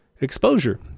exposure